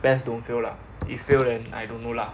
best don't fail lah if fail then I don't know lah